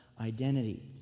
identity